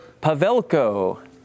Pavelko